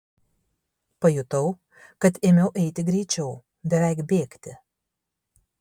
pajutau kad ėmiau eiti greičiau beveik bėgti